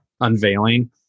unveiling